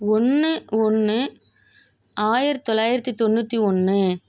ஒன்று ஒன்று ஆயிரத்து தொள்ளாயிரத்து தொண்ணூற்றி ஒன்று